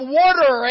water